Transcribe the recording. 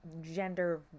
gender